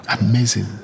Amazing